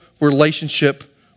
relationship